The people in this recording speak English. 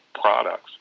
products